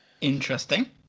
Interesting